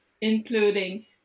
including